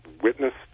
witnessed